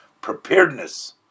preparedness